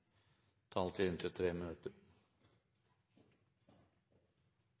taletid på inntil 3 minutter.